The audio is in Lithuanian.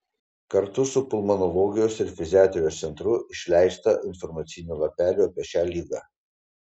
kartu su pulmonologijos ir ftiziatrijos centru išleista informacinių lapelių apie šią ligą